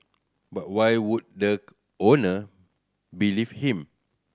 but why would the owner believe him